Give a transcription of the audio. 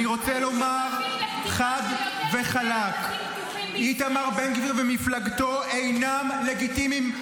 אני רוצה לומר חד וחלק: איתמר בן גביר ומפלגתו אינם לגיטימיים.